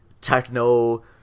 techno